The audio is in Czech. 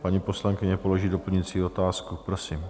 Paní poslankyně položí doplňující otázku, prosím.